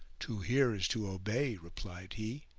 to hear is to obey! replied he,